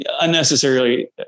unnecessarily